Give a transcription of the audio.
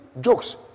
jokes